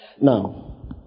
Now